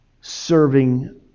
serving